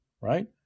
right